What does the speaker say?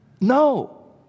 No